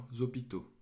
hôpitaux